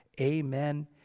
Amen